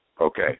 Okay